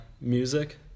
music